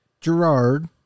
Gerard